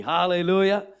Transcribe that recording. Hallelujah